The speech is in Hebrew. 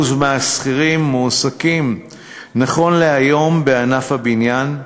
מהשכירים מועסקים נכון להיום בענף הבניין,